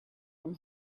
from